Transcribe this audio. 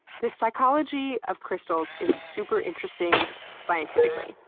the psychology of crystals is super interesting scientifically.